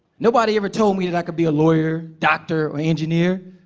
nobody ever told me that i could be a lawyer, doctor or engineer.